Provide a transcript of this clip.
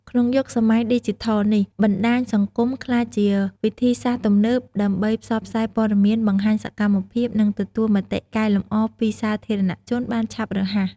ក្នុងយុគសម័យឌីជីថលនេះ បណ្ដាញសង្គមក្លាយជា វិធីសាស្រ្តទំនើបដើម្បីផ្សព្វផ្សាយព័ត៌មាន បង្ហាញសកម្មភាព និងទទួលមតិកែលម្អពីសាធារណជនបានឆាប់រហ័ស។